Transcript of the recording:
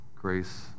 grace